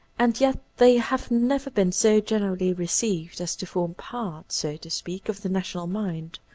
and yet they have never been so generally received as to form part, so to speak, of the national mind.